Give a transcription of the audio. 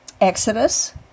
Exodus